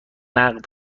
نقد